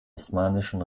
osmanischen